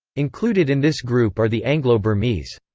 included in this group are the anglo-burmese.